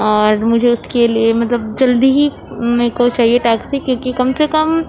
اور مجھے اُس کے لیے مطلب جلدی ہی میرے کو چاہیے ٹیکسی کیونکہ کم سے کم